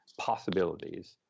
possibilities